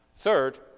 Third